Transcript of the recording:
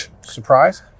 surprise